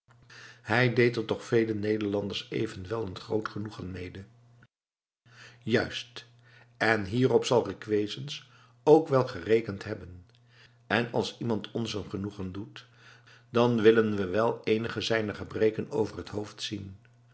hij deed er toch velen nederlanders evenwel een groot genoegen mede juist en hierop zal requesens ook wel gerekend hebben en als iemand ons een genoegen doet dan willen we wel eenige zijner gebreken over het hoofd zien